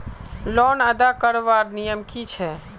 Loan अदा करवार नियम की छे?